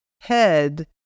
head